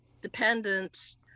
dependence